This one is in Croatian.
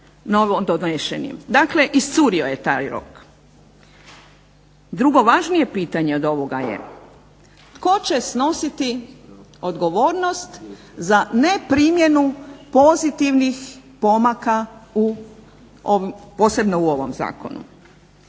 Dakle iscurio je taj rok. Drugo važnije pitanje od ovoga je tko će snositi odgovornost za neprimjenu pozitivnih pomaka u, posebno u ovom zakonu?